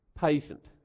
Patient